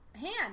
hand